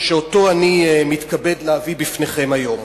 שאותו אני מתכבד להביא בפניכם היום.